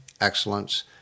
excellence